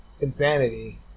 insanity